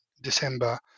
December